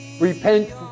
Repent